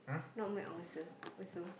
not my answer also